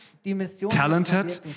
Talented